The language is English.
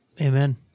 Amen